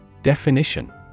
Definition